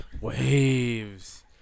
Waves